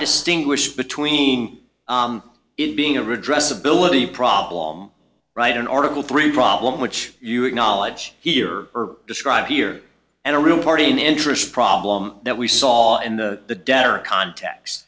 distinguish between it being a redress ability problem write an article three problem which you acknowledge here are described here and a real party in interest problem that we saw and the debtor contacts